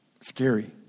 scary